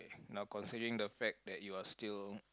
not considering the fact that you are still